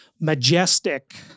majestic